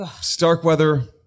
Starkweather